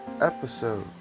episode